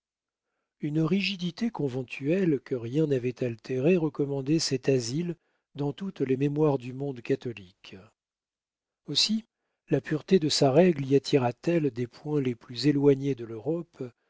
une rigidité conventuelle que rien n'avait altérée recommandait cet asile dans toutes les mémoires du monde catholique aussi la pureté de sa règle y attira t elle des points les plus éloignés de l'europe